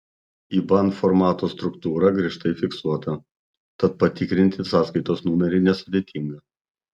iban formato struktūra griežtai fiksuota tad patikrinti sąskaitos numerį nesudėtinga